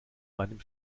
meinem